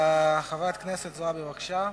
חברת הכנסת חנין זועבי, בבקשה.